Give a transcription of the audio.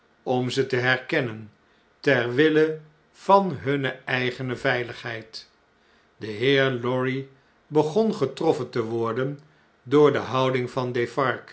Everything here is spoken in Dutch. om ze te herkennen ter wille van hunne eigene veiligheid de heer lorry begon getroffen te worden door de houding van